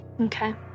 okay